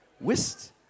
Whist